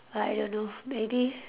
I don't know maybe